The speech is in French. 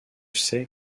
c’est